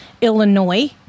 Illinois